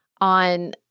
on